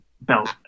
belt